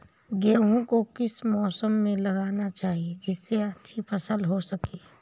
गेहूँ को किस मौसम में लगाना चाहिए जिससे अच्छी उपज हो सके?